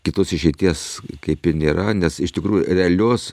kitos išeities kaip ir nėra nes iš tikrųjų realios